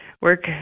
work